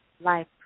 life